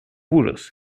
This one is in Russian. ужас